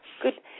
Good